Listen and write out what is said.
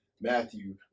Matthew